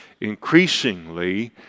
increasingly